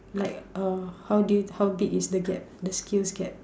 like uh how do you how big is the gap the skills gap